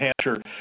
Hampshire